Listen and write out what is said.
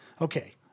okay